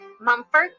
Mumford